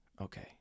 okay